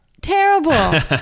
terrible